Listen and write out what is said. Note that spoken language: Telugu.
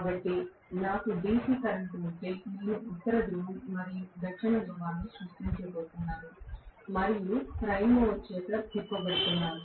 కాబట్టి నాకు DC కరెంట్ ఉంటే నేను ఉత్తర ధ్రువం మరియు దక్షిణ ధృవాన్ని సృష్టించబోతున్నాను మరియు ప్రైమ్ మూవర్ చేత తిప్పబడుతున్నాను